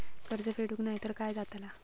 कर्ज फेडूक नाय तर काय जाताला?